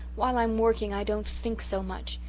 while i'm working i don't think so much.